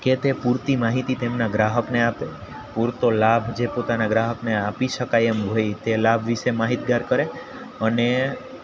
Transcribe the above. કે તે પૂરતી માહિતી તેમના ગ્રાહકને આપે પૂરતો લાભ જે પોતાના ગ્રાહકને આપી શકાય એમ હોય તે લાભ વિષે માહિતગાર કરે અને